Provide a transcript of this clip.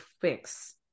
fix